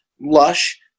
Lush